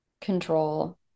control